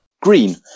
Green